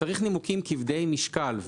צריך נימוקים כבדי משקל.